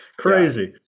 Crazy